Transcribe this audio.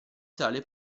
sale